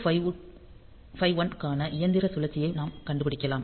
8051 க்கான இயந்திர சுழற்சியை நாம் கண்டுபிடிக்கலாம்